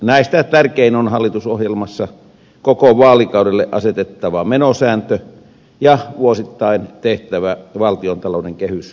näistä tärkein on hallitusohjelmassa koko vaalikaudelle asetettava menosääntö ja vuosittain tehtävä valtiontalouden kehyspäätös